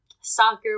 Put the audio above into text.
soccer